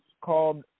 called